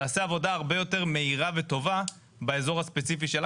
תעשה עבודה הרבה יותר מהירה וטובה באזור הספציפי שלה.